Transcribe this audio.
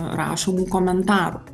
rašomų komentarų